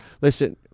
Listen –